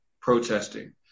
protesting